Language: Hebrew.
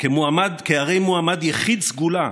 כהרי מועמד יחיד סגולה,